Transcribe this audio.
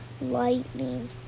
lightning